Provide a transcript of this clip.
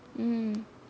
mm